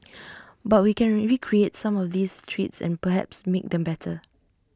but we can recreate some of these treats and perhaps make them better